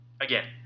Again